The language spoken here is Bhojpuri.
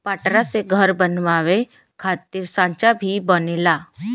पटरा से घर बनावे खातिर सांचा भी बनेला